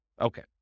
Okay